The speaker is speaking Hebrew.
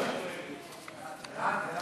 את הצעת חוק השיפוט הצבאי (תיקון מס' 72) (עבירת